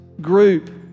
group